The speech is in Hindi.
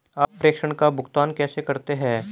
आप प्रेषण का भुगतान कैसे करते हैं?